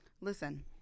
Listen